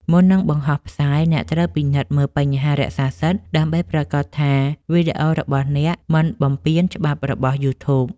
មុននឹងបង្ហោះផ្សាយ អ្នកត្រូវពិនិត្យមើលបញ្ហារក្សាសិទ្ធិ ដើម្បីប្រាកដថាវីដេអូរបស់អ្នកមិនបំពានច្បាប់របស់ យូធូប។